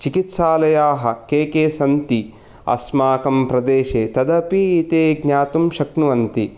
चिकित्सालयाः के के सन्ति अस्माकं प्रदेशे तदपि ते ज्ञातुं शक्नुवन्ति